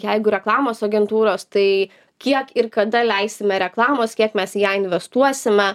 jeigu reklamos agentūros tai kiek ir kada leisime reklamos kiek mes į ją investuosime